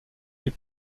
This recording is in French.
les